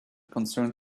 concerned